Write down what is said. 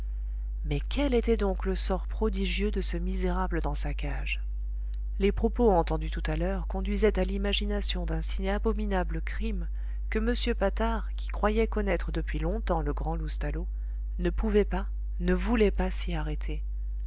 mais quel était donc le sort prodigieux de ce misérable dans sa cage les propos entendus tout à l'heure conduisaient à l'imagination d'un si abominable crime que m patard qui croyait connaître depuis longtemps le grand loustalot ne pouvait pas ne voulait pas s'y arrêter